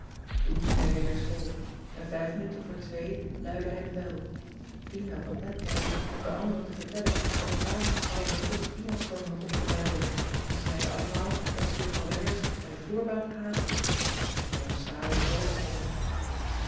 toen liep hij weer naar school en vijf minuten voor twee luidde hij de bel pien had nog net tijd om de anderen te vertellen dat pa al een bevoegd iemand voor me had opgeduikeld en ze zeiden allemaal dat ze juffrouw wijers bij voorbaat haatten t was een schrale troost